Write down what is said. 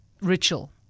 ritual